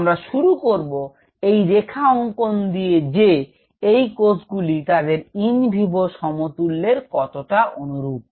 আমরা শুরু করব এই রেখা অঙ্কন দিয়ে যে এই কোষগুলি তাদের ইন ভিভো সমতুল্যের কতটা অনুরূপ